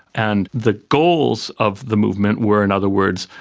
and the goals of the movement were, in other words,